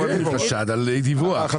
זה חשד על אי דיווח.